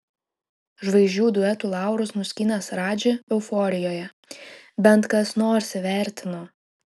žvaigždžių duetų laurus nuskynęs radži euforijoje bent kas nors įvertino